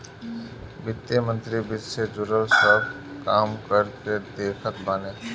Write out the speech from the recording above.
वित्त मंत्री वित्त से जुड़ल सब काम के देखत बाने